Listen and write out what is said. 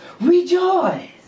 rejoice